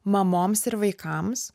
mamoms ir vaikams